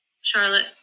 Charlotte